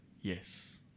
yes